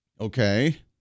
Okay